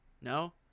No